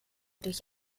durch